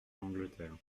l’angleterre